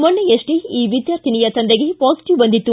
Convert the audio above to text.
ಮೊನ್ನೆಯಷ್ಟೇ ಈ ವಿದ್ಯಾರ್ಥಿನಿಯ ತಂದೆಗೆ ಪಾಸಿಟಿವ್ ಬಂದಿತ್ತು